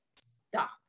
stop